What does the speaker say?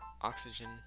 oxygen